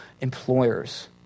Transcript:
employers